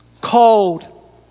cold